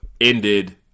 ended